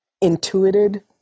intuited